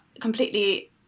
completely